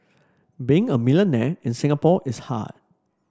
being a millionaire in Singapore is hard